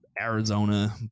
arizona